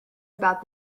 about